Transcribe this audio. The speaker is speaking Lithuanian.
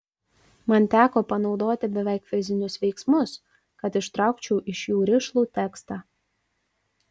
man teko panaudoti beveik fizinius veiksmus kad ištraukčiau iš jų rišlų tekstą